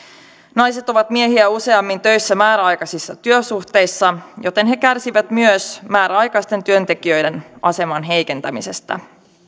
naiset ovat miehiä useammin töissä määräaikaisissa työsuhteissa joten he kärsivät myös määräaikaisten työntekijöiden aseman heikentämisestä